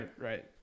right